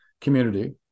community